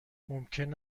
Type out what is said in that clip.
ممکن